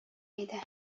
иде